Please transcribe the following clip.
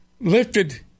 Lifted